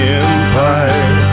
empire